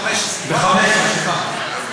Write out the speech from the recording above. הוא אמר את זה ב-2015.